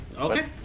Okay